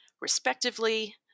respectively